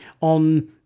on